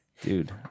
Dude